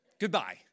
Goodbye